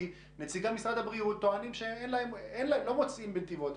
כי נציגי משרד הבריאות טוענים שהם לא מוצאים בנתיבות.